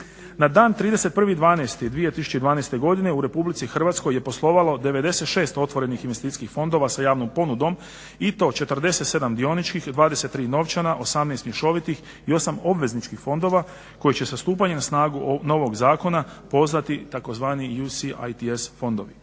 Na dan 31.12.2012. godine u Republici Hrvatskoj je poslovalo 96 otvorenih investicijskih fondova sa javnom ponudom i to 47 dioničkih, 23 novčana, 18 mješovitih i 8 obvezničkih fondova koji će sa stupanjem na snagu novog zakona postati tzv. UCITS fondovi.